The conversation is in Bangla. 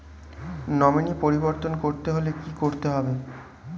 নমিনি পরিবর্তন করতে হলে কী করতে হবে?